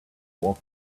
walked